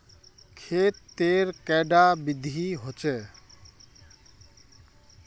खेत तेर कैडा विधि होचे?